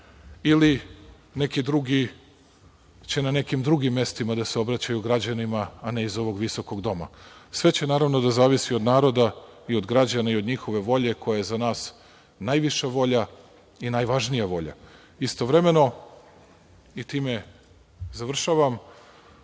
ili neki drugi će na nekim drugim mestima da se obraćaju građanima, a ne iz ovog visokog doma. Sve će naravno da zavisi od naroda i od građana i od njihove volje koja je za nas najviša volja i najvažnija volja. Istovremeno, i time završavam,